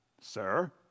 Sir